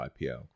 IPL